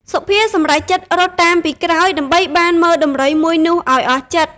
សុភាសម្រេចចិត្តរត់តាមពីក្រោយដើម្បីបានមើលដំរីមួយនោះឱ្យអស់ចិត្ត ។